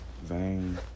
Vain